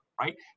right